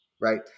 right